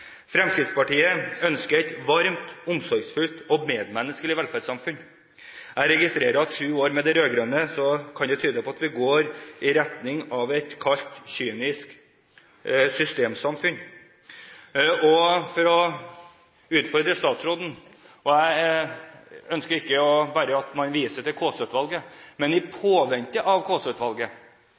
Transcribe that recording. Fremskrittspartiet ønsker et varmt, omsorgsfullt og medmenneskelig velferdssamfunn. Jeg registrerer at etter sju år med de rød-grønne kan det tyde på at vi går i retning av et kaldt, kynisk systemsamfunn. Og for å utfordre statsråden – og jeg ønsker ikke at man bare viser til Kaasa-utvalget, men i påvente av